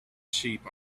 sheep